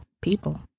people